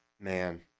Man